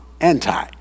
anti